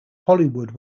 hollywood